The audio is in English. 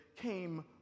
came